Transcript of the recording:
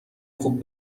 خوب